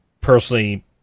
personally